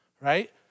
right